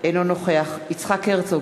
אינו נוכח יצחק הרצוג,